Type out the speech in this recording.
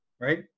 Right